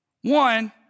One